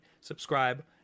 Subscribe